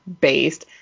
based